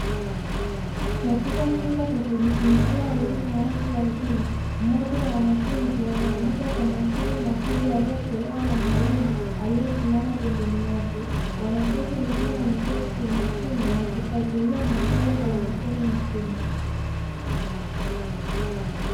Katika chumba cha kujifunzia elimu ya watu wazima mmoja wa wanafunzi anaandika kwa makini mafunzo yaliyo tolewa na mwalimu aliye simama pembeni yake, Wanafunzi wengine wameketi kimyakimya wakifuatilia mafunzo kwa umakini mkubwa.